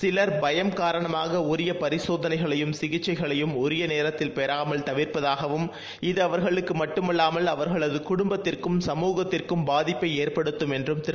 சிலர் பயம் காரணமாக உரிய பரிசோதனைகளையும் சிகிச்சைகளையும் உரிய நேரத்தில் பெறாமல் தவிர்ப்பதாகவும் இது அவர்களுக்கு மட்டுமல்லாமல் அவர்களது குடும்பத்திற்கும் சமூகத்திற்கும் பாதிப்பை ஏற்படுத்தும் என்றும் திரு